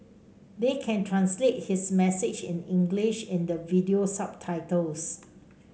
they can translate his message in English in the video subtitles